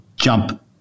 jump